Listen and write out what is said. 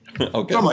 Okay